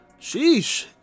Sheesh